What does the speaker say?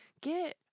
Get